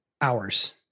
hours